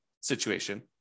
situation